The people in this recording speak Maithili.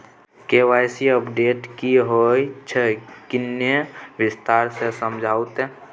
के.वाई.सी अपडेट की होय छै किन्ने विस्तार से समझाऊ ते?